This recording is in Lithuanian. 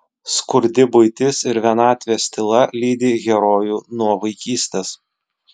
skurdi buitis ir vienatvės tyla lydi herojų nuo vaikystės